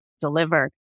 deliver